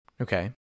Okay